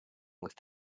list